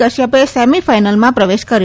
કશ્ય ે સેમી ફાઈનલમાં પ્રવેશ કર્યો